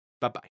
Bye-bye